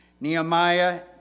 Nehemiah